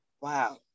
Wow